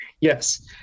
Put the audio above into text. yes